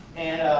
and